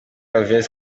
alves